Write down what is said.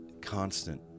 constant